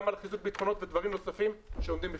על חיזוק בטחונות ודברים נוספים שעומדים בפניהם.